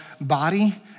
body